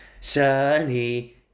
Sunny